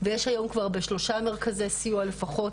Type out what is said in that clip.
ויש היום כבר בשלושה מרכזי סיוע לפחות,